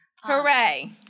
Hooray